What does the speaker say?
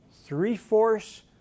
Three-fourths